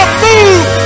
move